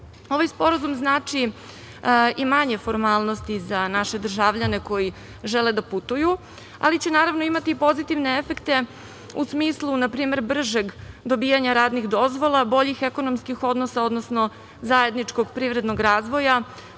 sporazum znači i manje formalnosti za naše državljane koji žele da putuju, ali će, naravno, imati i pozitivne efekte u smislu npr. bržeg dobijanja radnih dozvola, boljih ekonomskih odnosa, odnosno zajedničkog privrednog razvoja,